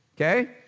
Okay